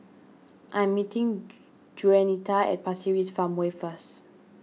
I am meeting Juanita at Pasir Ris Farmway first